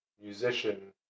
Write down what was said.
musician